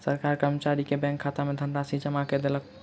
सरकार कर्मचारी के बैंक खाता में धनराशि जमा कय देलक